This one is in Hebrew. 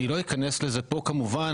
אני לא אכנס לזה פה, כמובן.